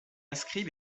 inscrit